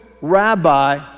rabbi